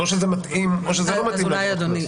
אז או שזה מתאים או שזה לא לתאים לעבירות קנס.